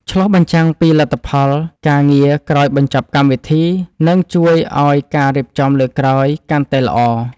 ឆ្លុះបញ្ចាំងពីលទ្ធផលការងារក្រោយបញ្ចប់កម្មវិធីនឹងជួយឱ្យការរៀបចំលើកក្រោយកាន់តែល្អ។